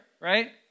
right